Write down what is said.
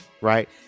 right